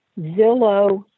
zillow